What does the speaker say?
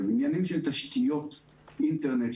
עניינים של תשתיות אינטרנט,